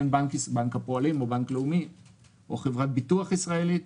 בנק הפועלים או בנק לאומי או חברת ביטוח ישראלית,